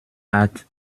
acht